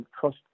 trust